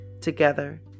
Together